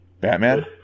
Batman